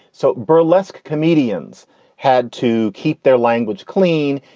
so burlesque comedians had to keep their language clean,